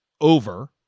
over